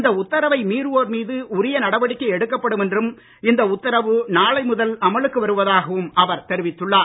இந்த உத்தரவை மீறுவோர் மீது உரிய நடவடிக்கை எடுக்கப்படும் என்றும் இந்த உத்தரவு நாளை முதல் அமலுக்கு வருவதாகவும் அவர் தெரிவித்துள்ளார்